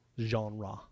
genre